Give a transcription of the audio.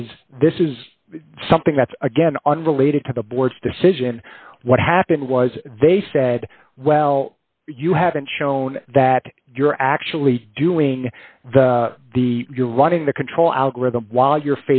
is this is something that's again on related to the board's decision what happened was they said well you haven't shown that you're actually doing the the you're running the control algorithm while you're